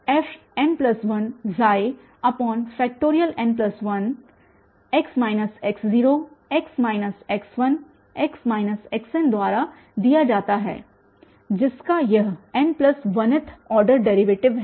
x x0x x1x xn द्वारा दिया जाता है जिसका यह n1th ऑर्डर डेरीवेटिव है